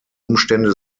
umstände